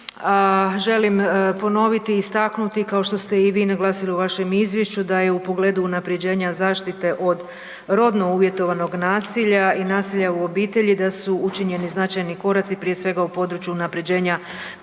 Želim ponoviti i istaknuti kao što ste i vi naglasili u vašem izvješću, da je u pogledu unaprjeđenja zaštite od rodno uvjetovanog nasilja i nasilja u obitelji da su učinjeni značajni koraci, prije svega u području unaprjeđenja kaznenog